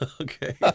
Okay